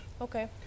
Okay